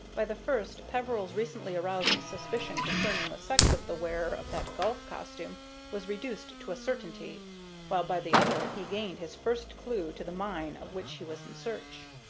by the first peveril's recently aroused suspicion concerning the sex of the wearer of that golf costume was reduced to a certainty, while by the other he gained his first clue to the mine of which he was in search.